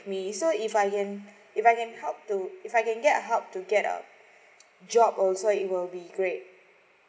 me so if I can if I can help to if I can get help to get um job also it will be great